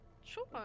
Sure